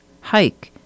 hike